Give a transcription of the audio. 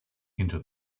into